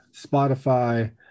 Spotify